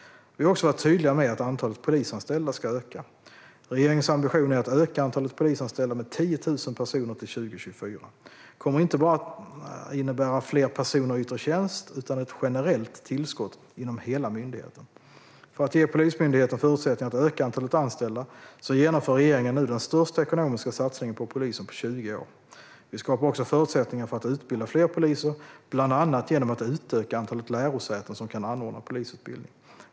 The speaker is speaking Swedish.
Vi har också varit tydliga med att antalet polisanställda ska öka. Regeringens ambition är att öka antalet polisanställda med 10 000 personer till 2024. Det kommer inte bara att innebära fler personer i yttre tjänst utan ett generellt tillskott inom hela myndigheten. För att ge Polismyndigheten förutsättningar att öka antalet anställda genomför regeringen nu den största ekonomiska satsningen på polisen på 20 år. Vi skapar också förutsättningar för att utbilda fler poliser, bland annat genom att utöka antalet lärosäten som kan anordna polisutbildning.